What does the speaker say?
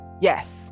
yes